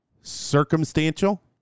circumstantial